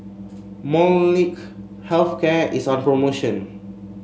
Molnylcke Health Care is on promotion